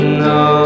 no